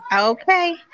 Okay